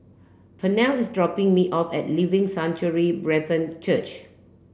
Pernell is dropping me off at Living Sanctuary Brethren Church